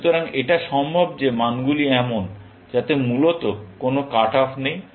এখন এটা সম্ভব যে মানগুলি এমন যাতে মূলত কোনও কাট অফ নেই